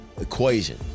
equation